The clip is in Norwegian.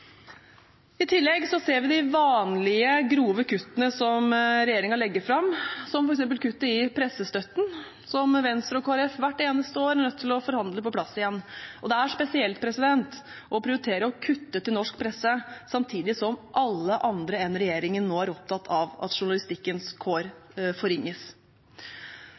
I tillegg ser vi de vanlige grove kuttene som regjeringen legger fram, som f.eks. kuttet i pressestøtten, som Venstre og Kristelig Folkeparti hvert eneste år er nødt til å forhandle på plass igjen. Det er spesielt å prioritere å kutte til norsk presse, samtidig som alle andre enn regjeringen nå er opptatt av at journalistikkens kår forringes.